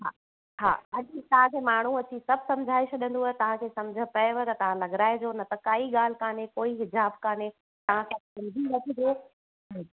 हा हा अॼु तव्हांखे माण्हू अची सभु समुझाए छॾंदुव तव्हांखे समुझ पवे त तव्हां लॻाराए जो न त काई ॻाल्हि काने कोई हिजाबु कान्हे तव्हां समुझी वठिजो